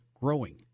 growing